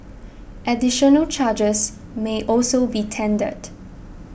additional charges may also be tendered